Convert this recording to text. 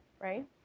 right